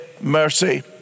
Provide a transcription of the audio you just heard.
mercy